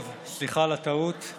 טוב, סליחה על הטעות.